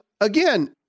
again